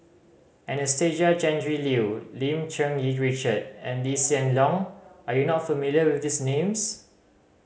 Anastasia Tjendri Liew Lim Cherng Yih Richard and Lee Hsien Loong are you not familiar with these names